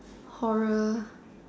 horror